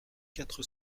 quatre